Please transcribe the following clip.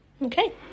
Okay